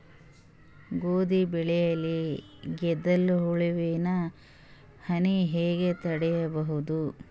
ಗೋಧಿ ಬೆಳೆಯಲ್ಲಿ ಗೆದ್ದಲು ಹುಳುವಿನ ಹಾನಿ ಹೆಂಗ ತಡೆಬಹುದು?